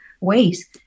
ways